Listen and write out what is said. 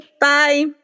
Bye